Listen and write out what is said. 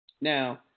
Now